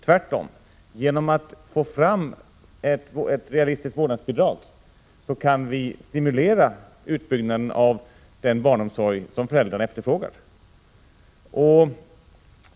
Tvärtom — genom att få fram ett realistiskt vårdnadsbidrag kan vi stimulera utbyggnaden av den barnomsorg som föräldrarna efterfrågar.